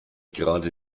gerade